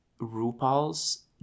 RuPaul's